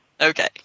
Okay